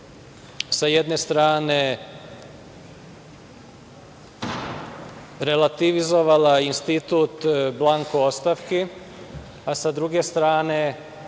sa jedne strane relativizovala institut blanko ostavki, a sa druge strane